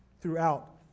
throughout